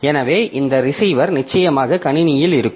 எனவே இந்த ரிசீவர் நிச்சயமாக கணினியில் இருக்கும்